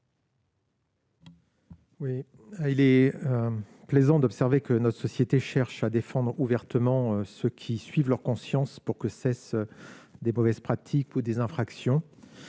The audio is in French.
vote. Il est plaisant d'observer que notre société cherche à défendre ouvertement ceux qui suivent leur conscience pour que cessent de mauvaises pratiques ou des infractions.